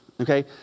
okay